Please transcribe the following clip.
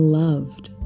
loved